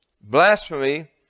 Blasphemy